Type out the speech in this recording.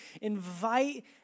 invite